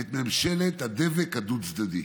את ממשלת הדבק הדו-צדדי,